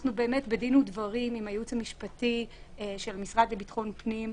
אנחנו בדין ודברים עם הייעוץ המשפטי של המשרד לביטחון פנים,